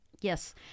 Yes